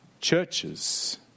churches